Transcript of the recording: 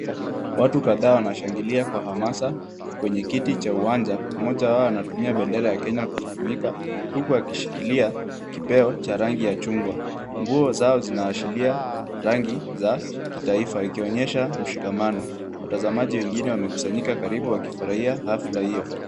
Watu kadhaa wanashangilia kwa hamasa kwenye kiti cha uwanja. Mmoja wao anatumia bendera ya Kenya kujifunika huku akishikilia kipeo cha rangi ya chungwa. Nguo zao zinaashiria rangi za kitaifa ikionyesha mshikamano. Watazamaji wengine wamekusanyika karibu wakifurahia hafla hiyo.